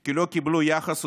כי לא קיבלו יחס ותמיכה.